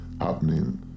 happening